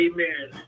Amen